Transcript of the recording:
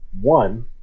one